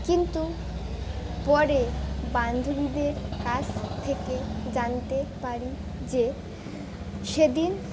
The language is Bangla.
কিন্তু পরে বান্ধবীদের কাছ থেকে জানতে পারি যে সেদিন